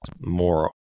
more